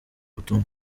butumwa